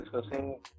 discussing